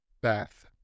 bath